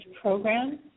program